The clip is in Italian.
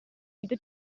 vita